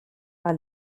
war